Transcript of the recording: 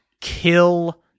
kill